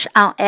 on